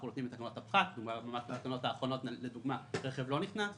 בתקנות האחרונות לדוגמה רכב לא נכנס,